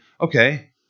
okay